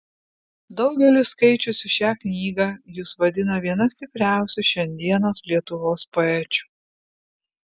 daugelis skaičiusių šią knygą jus vadina viena stipriausių šiandienos lietuvos poečių